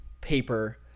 paper-